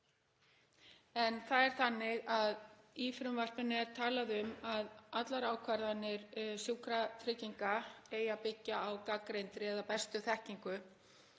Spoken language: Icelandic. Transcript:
er það ekki rétt? Í frumvarpinu er talað um að allar ákvarðanir Sjúkratrygginga eigi að byggjast á gagnreyndri eða bestu þekkingu.